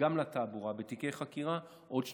וגם לתעבורה, בתיקי חקירה, עוד שנתיים.